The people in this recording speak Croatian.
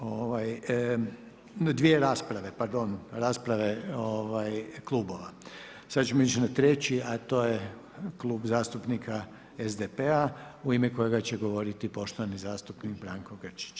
Ovaj, dvije rasprave, pardon, rasprave klubova, sad ćemo ići na 3 a to je Klub zastupnika SDP-a u ime kojega će govoriti poštovani zastupnik Branko Grčić.